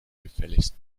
gefälligst